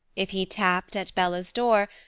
if he tapped at bella's door,